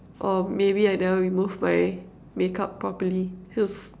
or maybe I never remove my makeup properly